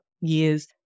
years